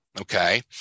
okay